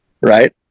right